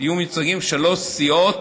שלוש סיעות,